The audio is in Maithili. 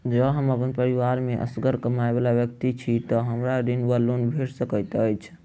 जँ हम अप्पन परिवार मे असगर कमाई वला व्यक्ति छी तऽ हमरा ऋण वा लोन भेट सकैत अछि?